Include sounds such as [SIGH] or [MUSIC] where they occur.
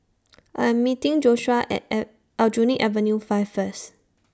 I Am meeting Joshuah At [HESITATION] Aljunied Avenue five First